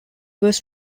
was